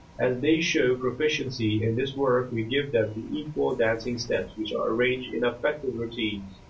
as they show proficiency in this work we give them the actual dancing steps which are arranged in effective routines.